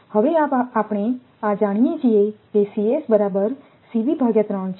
હવે આ આપણે જાણીએ છીએ બરાબર છે